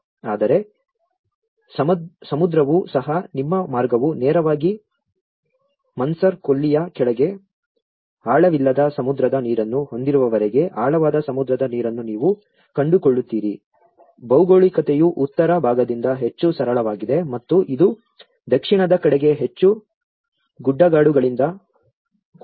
ಆದರೆ ಸಮುದ್ರವೂ ಸಹ ನಿಮ್ಮ ಮಾರ್ಗವು ನೇರವಾಗಿ ಮನ್ನಾರ್ ಕೊಲ್ಲಿಯ ಕೆಳಗೆ ಆಳವಿಲ್ಲದ ಸಮುದ್ರದ ನೀರನ್ನು ಹೊಂದಿರುವವರೆಗೆ ಆಳವಾದ ಸಮುದ್ರದ ನೀರನ್ನು ನೀವು ಕಂಡುಕೊಳ್ಳುತ್ತೀರಿ ಭೌಗೋಳಿಕತೆಯು ಉತ್ತರ ಭಾಗದಿಂದ ಹೆಚ್ಚು ಸರಳವಾಗಿದೆ ಮತ್ತು ಇದು ದಕ್ಷಿಣದ ಕಡೆಗೆ ಹೆಚ್ಚು ಗುಡ್ಡಗಾಡುಗಳಿಂದ ಕೂಡಿದೆ